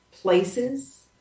places